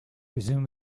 resumed